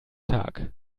tag